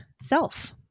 self